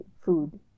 food